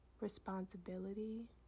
responsibility